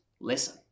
listen